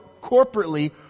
corporately